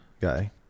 guy